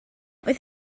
oedd